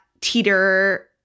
teeter